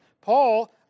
paul